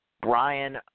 Brian